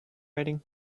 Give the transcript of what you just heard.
writing